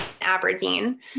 Aberdeen